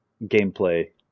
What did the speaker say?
gameplay